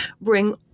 bring